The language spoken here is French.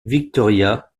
victoria